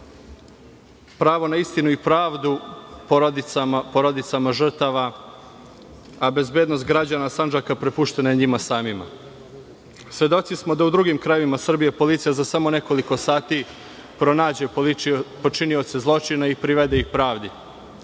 pravo na istinu i pravdu porodicama žrtava, a bezbednost građana Sandžaka prepuštena je njima samima. Svedoci smo da u drugim krajevima Srbije policija za samo nekoliko sati pronađe počinioce zločina i privede ih pravdi.